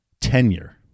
tenure